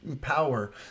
power